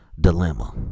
dilemma